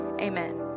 amen